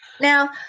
now